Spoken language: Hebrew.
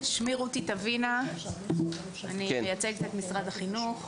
שמי רותי תוינה, אני מייצגת את משרד החינוך.